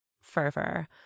fervor